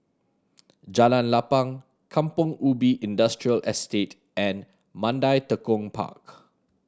Jalan Lapang Kampong Ubi Industrial Estate and Mandai Tekong Park